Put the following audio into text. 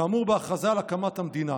כאמור בהכרזה על הקמת המדינה".